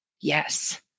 Yes